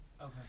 Okay